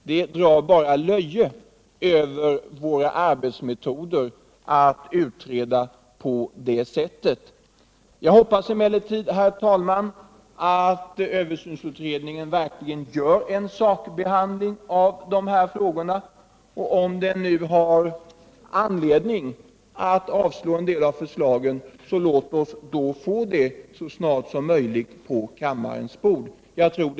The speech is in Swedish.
Det drar bara löje över våra arbetsmetoder att utreda på det sättet. Jag hoppas emellertid, herr talman, att översynsutredningen verkligen sakbehandlar dessa frågor. Om den nu har anledning att tillstyrka en del av förslagen, låt oss då få utredningens ställningstagande på kammarens bord så snart som möjligt.